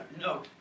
No